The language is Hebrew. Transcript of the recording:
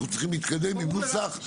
אנחנו צריכים להתקדם עם נוסח,